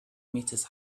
metres